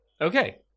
okay